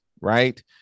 right